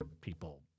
people